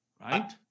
right